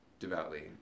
devoutly